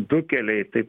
du keliai tai